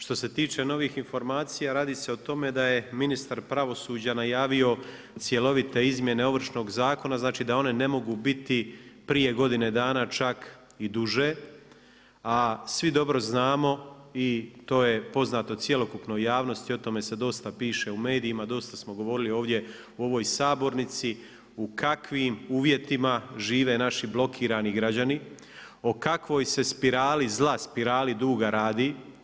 Što se tiče novih informacija radi se o tome da je ministar pravosuđa najavio cjelovite izmjene Ovršnog zakona znači da one ne mogu biti prije godine dana, čak i duže a svi dobro znamo i to je poznato cjelokupnoj javnosti, o tome se dosta piše u medijima, dosta smo govorili ovdje u ovoj sabornici u kakvim uvjetima žive naši blokirani građani, o kakvoj se spirali zla, spirali duga radi.